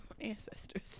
ancestors